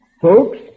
folks